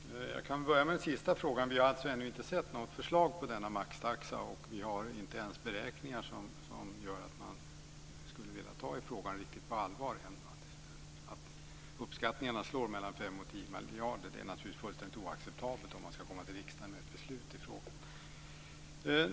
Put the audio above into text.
Fru talman! Jag kan börja med den sista frågan. Vi har ännu inte sett något förslag på denna maxtaxa. Vi har inte ens några beräkningar som gör att man skulle vilja ta i frågan riktigt på allvar. Uppskattningarna slår mellan 5 och 10 miljarder. Det är naturligtvis fullständigt oacceptabelt om man ska komma till riksdagen med ett förslag i frågan.